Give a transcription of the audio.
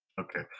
Okay